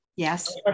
Yes